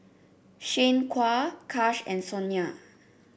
Shanequa Kash and Sonya